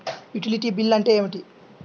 Utility bill అంటే ఏమిటి?